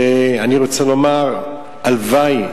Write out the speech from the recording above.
ואני רוצה לומר: הלוואי.